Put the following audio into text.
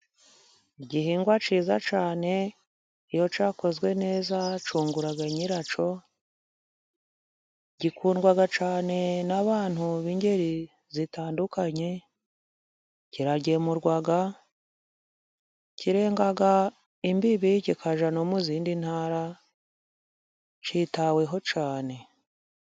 Igihingwa cyiza cyane iyo cyakozwe neza cyungura nyiracyo, gikundwa cyane n'abantu b'ingeri zitandukanye, kiragemurwa kirenga imbibi kikajya no mu zindi ntara cyitaweho cyane.